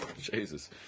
Jesus